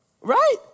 right